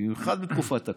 במיוחד בתקופת הקורונה.